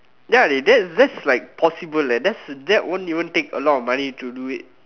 ya dey that that's like possible eh that won't take a lot of money to do it